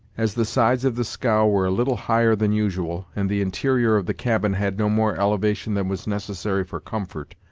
as the sides of the scow were little higher than usual, and the interior of the cabin had no more elevation than was necessary for comfort,